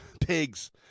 pigs